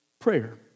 prayer